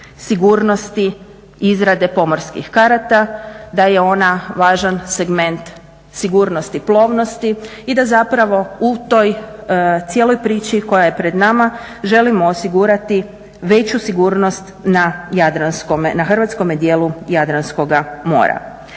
sigurnosti izrade pomorskih karata, da je ona važan segment sigurnosti plovnosti i da zapravo u toj cijeloj priči koja je pred nama želimo osigurati veću sigurnost na Jadranskome, na hrvatskome dijelu Jadranskoga mora.